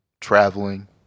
Traveling